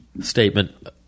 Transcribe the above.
Statement